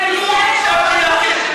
ואתה מרשה לעצמך,